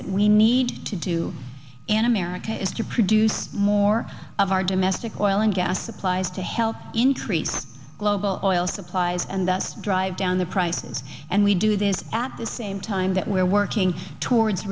that we need to do in america is to produce more of our domestic oil and gas supplies to help increase global oil supplies and that drive down the prices and we do this at the same time that we're working towards